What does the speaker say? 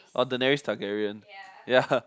orh Daenerys Targaryen ya